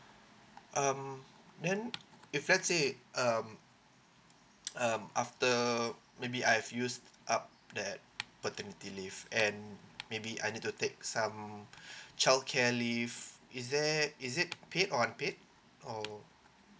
um then if let's say um um after uh maybe I've used up that paternity leave and maybe I need to take some childcare leave is there is it paid or unpaid or